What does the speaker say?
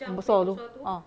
yang besar tu ah